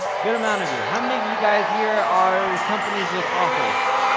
good amount of you. how many of you guys here are companies with offers?